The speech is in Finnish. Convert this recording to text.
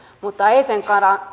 mutta ei sen